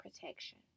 protection